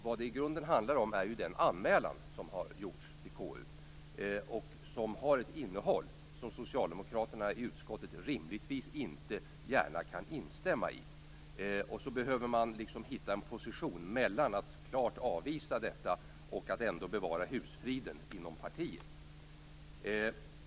Vad det i grunden handlar om är ju den anmälan som har gjorts till KU och som har ett innehåll som socialdemokraterna i utskottet rimligtvis inte gärna kan instämma i. Man behöver liksom hitta en position mellan ett klart avvisande av detta och ett bevarande av husfriden inom partiet.